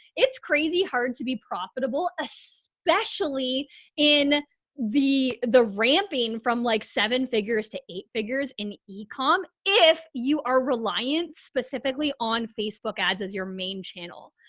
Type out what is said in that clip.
it's crazy hard to be profitable, especially in the, the ramping from like seven figures to eight figures in e-com. if you are reliant specifically on facebook ads as your main channel.